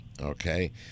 Okay